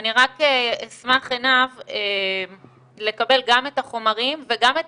אני רק אשמח, עינב, לקבל גם את החומרים וגם את